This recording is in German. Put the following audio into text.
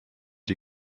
die